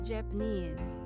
Japanese